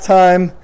time